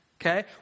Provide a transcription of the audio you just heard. Okay